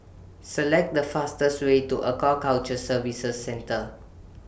Select The fastest Way to Aquaculture Services Centre